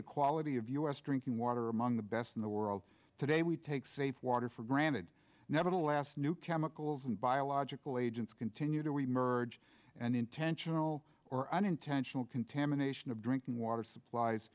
the quality of us drinking water among the best in the world today we take safe water for granted nevertheless new chemicals and biological agents continue to we merge an intentional or unintentional contamination of drinking water supplies